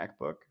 macbook